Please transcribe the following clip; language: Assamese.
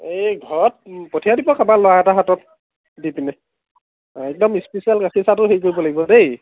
এই ঘৰত পঠিয়াই দিব কাৰোবাৰ ল'ৰা এটাৰ হাতত দি পিনে অঁ একদম ইচপেচিয়েল গাখীৰ চাহটো হেৰি কৰিব লাগিব দেই